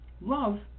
love